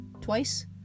Twice